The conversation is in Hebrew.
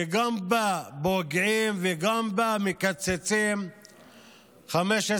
שגם בה פוגעים וגם ממנה מקצצים 15%,